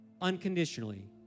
unconditionally